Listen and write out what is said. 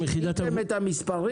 שיניתם את המספרים?